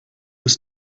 ist